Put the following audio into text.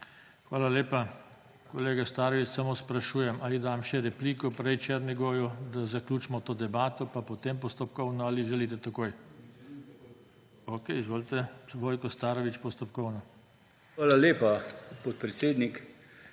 Hvala lepa. Kolega Starović, samo sprašujem, ali dam še repliko prej Černigoju, da zaključimo to debato, pa potem postopkovno, ali želite takoj. Okej, izvolite. Vojko Starović, postopkovno. **VOJKO STAROVIĆ